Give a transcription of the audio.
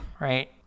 right